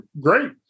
Great